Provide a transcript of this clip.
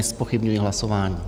Nezpochybňuji hlasování.